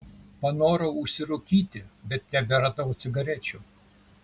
panorau užsirūkyti bet neberadau cigarečių